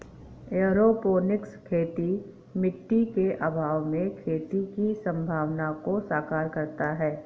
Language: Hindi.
एयरोपोनिक्स खेती मिट्टी के अभाव में खेती की संभावना को साकार करता है